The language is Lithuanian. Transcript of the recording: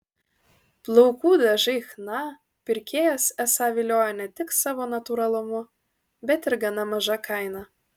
plaukų dažai chna pirkėjas esą viliojo ne tik savo natūralumu bet ir gana maža kaina